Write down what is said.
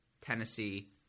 Tennessee